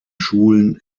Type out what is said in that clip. schulen